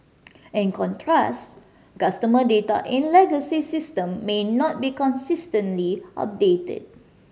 in contrast customer data in legacy system may not be consistently updated